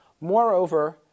Moreover